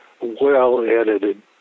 well-edited